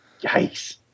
Yikes